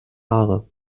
haare